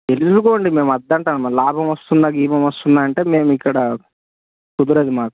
ఎల్లుకొండి మేము అద్దంటామ లాభమొస్తుంద గీభమొస్తుంద అంటే మేము ఇక్కడ కుదరదు మాకు